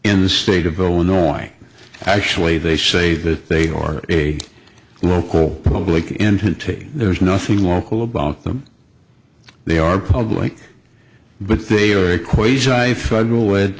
in the state of illinois actually they say that they are a local public entity there is nothing local about them they are public but they are equation by federal w